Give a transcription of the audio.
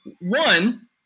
One